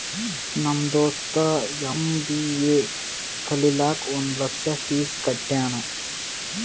ನಮ್ ದೋಸ್ತ ಎಮ್.ಬಿ.ಎ ಕಲಿಲಾಕ್ ಒಂದ್ ಲಕ್ಷ ಫೀಸ್ ಕಟ್ಯಾನ್